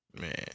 Man